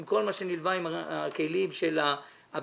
עם כל מה שנלווה לכלים הבטיחותיים.